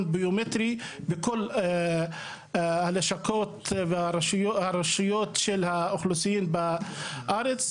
ביומטרי בכל הלשכות והרשויות של האוכלוסין בארץ?